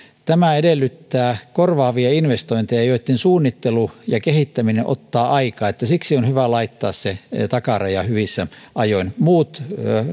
tämä edellyttää korvaavia investointeja joitten suunnittelu ja kehittäminen ottaa aikaa ja siksi on hyvä laittaa se takaraja hyvissä ajoin muut